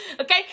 Okay